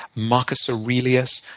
marcus aurelius,